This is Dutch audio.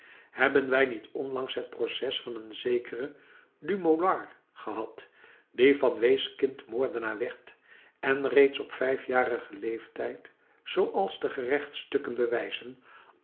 hebben wij niet onlangs het proces van een zekeren dumollard gehad die van weeskind moordenaar werd en reeds op vijfjarigen leeftijd zooals de gerechtsstukken bewijzen